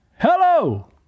Hello